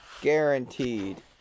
Guaranteed